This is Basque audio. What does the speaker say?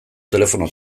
telefono